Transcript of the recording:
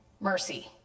mercy